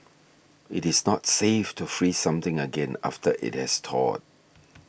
it is not safe to freeze something again after it has thawed